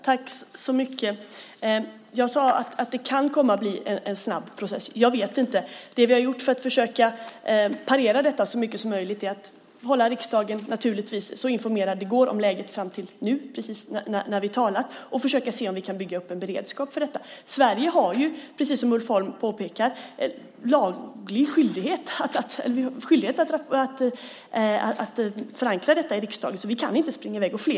Herr talman! Jag sade att det kan komma att bli en snabb process - jag vet inte. Det vi har gjort för att försöka parera detta så mycket som möjligt är att naturligtvis hålla riksdagen så informerad som det går om läget fram till nu, precis när vi talar, och försöka se om vi kan bygga upp en beredskap för detta. Vi i Sverige har ju, precis som Ulf Holm påpekar, laglig skyldighet att förankra detta i riksdagen, så vi kan inte springa i väg hur som helst.